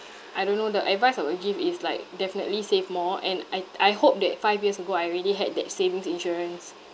I don't know the advice I would give is like definitely save more and I I hope that five years ago I really had that savings insurance